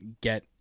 get